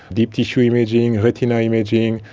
deep tissue imaging, retina imaging,